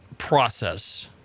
process